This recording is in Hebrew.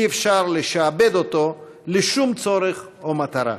אי-אפשר לשעבד אותו לשום צורך או מטרה.